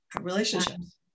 relationships